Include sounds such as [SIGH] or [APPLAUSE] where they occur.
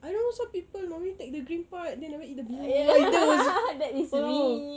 I don't know some people only take the green part they never eat the blue like !duh! [NOISE]